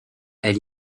elle